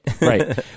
right